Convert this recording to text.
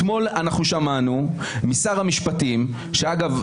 אתמול שמענו משר המשפטים שאגב,